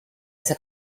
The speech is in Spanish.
esa